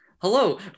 Hello